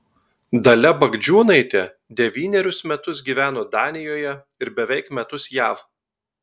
dalia bagdžiūnaitė devynerius metus gyveno danijoje ir beveik metus jav